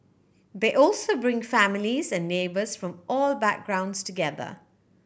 they also bring families and neighbours from all backgrounds together